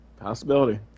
possibility